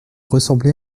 ressemblez